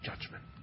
judgment